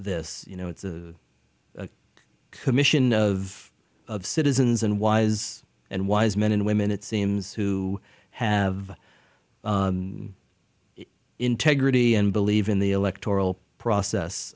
this you know it's a commission of citizens and wise and wise men and women it seems who have integrity and believe in the electoral process